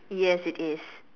yes it is